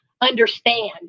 understand